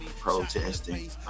protesting